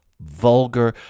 vulgar